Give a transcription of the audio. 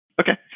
Okay